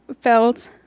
felt